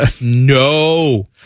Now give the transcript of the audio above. no